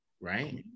right